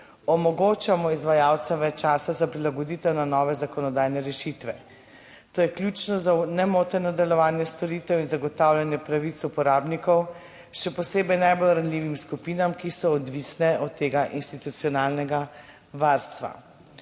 omogočamo izvajalcem več časa za prilagoditev na nove zakonodajne rešitve. To je ključno za nemoteno delovanje storitev in zagotavljanje pravic uporabnikov, še posebej najbolj ranljivim skupinam, ki so odvisne od tega institucionalnega varstva.«